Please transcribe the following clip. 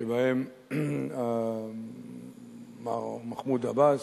שבהם מר מחמוד עבאס,